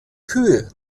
kühe